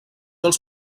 els